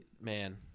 man